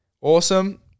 Awesome